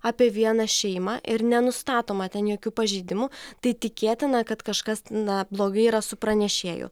apie vieną šeimą ir nenustatoma ten jokių pažeidimų tai tikėtina kad kažkas na blogai yra su pranešėju